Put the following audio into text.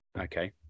Okay